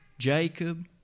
Jacob